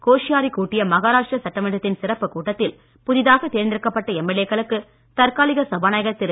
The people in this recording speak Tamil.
கோஷியாரி கூட்டிய மகாராஷ்டிரா சட்டமன்றத்தின் சிறப்பு கூட்டத்தில் புதிதாக தேர்ந்தெடுக்கப்பட்ட எம்எல்ஏக்களுக்கு தற்காலிக சபாநாயகர் திரு